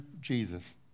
Jesus